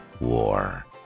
war